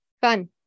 Fun